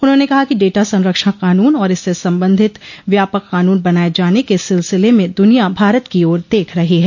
उन्होंने कहा कि डेटा संरक्षण कानून और इससे संबंधित व्यापक कानून बनाए जाने के सिलसिले में दुनिया भारत की ओर देख रही है